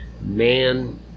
man